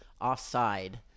offside